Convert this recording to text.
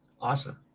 Awesome